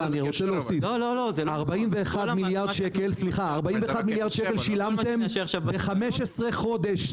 אני רוצה להוסיף 41 מיליארד שקל שילמתם ב-15 חודש.